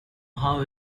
how